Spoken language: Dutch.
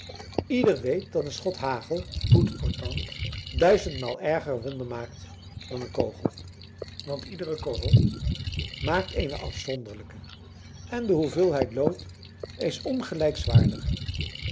ieder weet dat een schot hagel à bout portant duizendmaal erger wonden maakt dan een kogel want iedere korrel maakt eene afzonderlijke en de hoeveelheid lood is ongelijk zwaarder